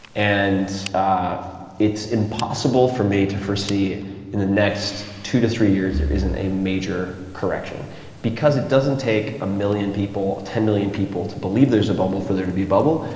and it's impossible for me to foresee in the next two to three years, there isn't a major correction because it doesn't take a million people ten million people to believe there's a bubble for there to be bubble.